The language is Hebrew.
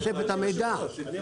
בבקשה.